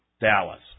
Dallas